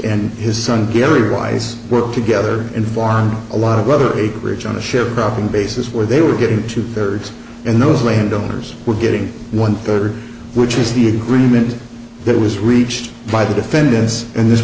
and his son gary wise were together and formed a lot of other acreage on a ship roughing basis where they were getting two thirds and those landowners were getting one third which is the agreement that was reached by the defendants in this